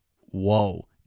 Whoa